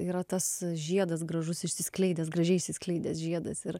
yra tas žiedas gražus išsiskleidęs gražiai išsiskleidęs žiedas ir